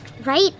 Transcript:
right